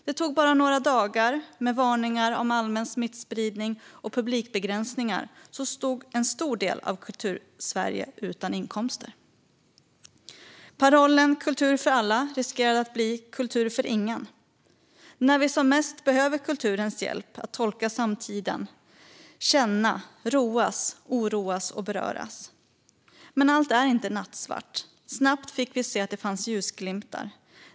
Det tog bara några dagar med varningar om allmän smittspridning och publikbegränsningar, så stod en stor del av Kultursverige utan inkomster. Parollen Kultur för alla riskerade att bli kultur för ingen, nu när vi som mest behöver kulturens hjälp att tolka samtiden, känna, roas, oroas och beröras. Men allt är inte nattsvart. Snabbt fick vi se att det fanns ljusglimtar.